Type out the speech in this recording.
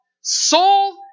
Soul